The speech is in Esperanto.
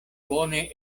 bone